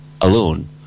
alone